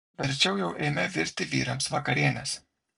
verčiau jau eime virti vyrams vakarienės